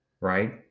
right